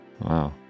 Wow